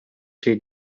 şey